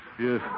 Yes